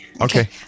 Okay